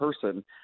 person